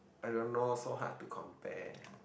I don't know so hard to compare